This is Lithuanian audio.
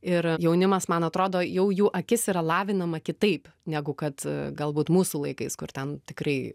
ir jaunimas man atrodo jau jų akis yra lavinama kitaip negu kad e galbūt mūsų laikais kur ten tikrai